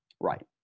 Right